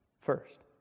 First